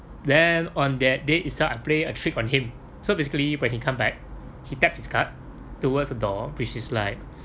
then on that day itself I play a trick on him so basically when he come back he tapped his card towards the door which is like